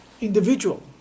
individual